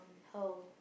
how